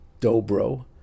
dobro